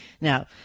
now